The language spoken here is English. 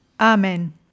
Amen